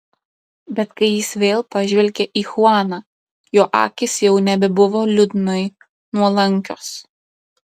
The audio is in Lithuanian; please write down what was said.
bet kai jis vėl pažvelgė į chuaną jo akys jau nebebuvo liūdnai nuolankios